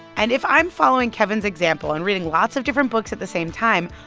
and if i'm following kevin's example and reading lots of different books at the same time,